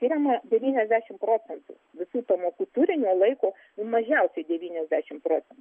skiriama devyniasdešimt procentų visų pamokų turinio laiko mažiausiai devyniasdešimt procentų